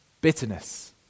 Bitterness